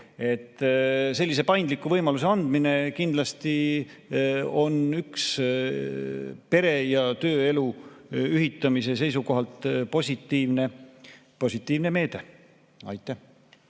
Sellise paindliku võimaluse andmine kindlasti on üks pere‑ ja tööelu ühitamise seisukohalt positiivne meede. Valdo